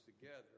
together